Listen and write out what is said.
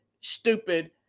stupid